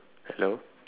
hello